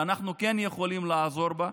שאנחנו כן יכולים לעזור בה,